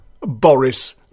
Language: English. Boris